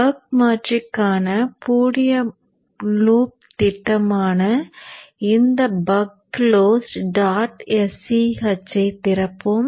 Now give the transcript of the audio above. buck மாற்றிக்கான மூடிய loop திட்டமான இந்த பக் closed டாட் sch ஐ திறப்போம்